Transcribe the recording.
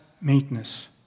meekness